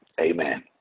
amen